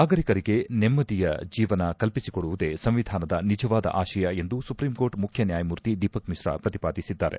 ನಾಗರಿಕರಿಗೆ ನೆಮ್ಲದಿಯ ಜೀವನ ಕಲ್ಪಿಸಿಕೊಡುವುದೇ ಸಂವಿಧಾನದ ನಿಜವಾದ ಆಶಯ ಎಂದು ಸುಪ್ರೀಂಕೋರ್ಟ್ ಮುಖ್ಯ ನ್ನಾಯಮೂರ್ತಿ ದೀಪಕ್ ಮಿಶ್ರಾ ಪ್ರತಿಪಾದಿಸಿದ್ದಾರೆ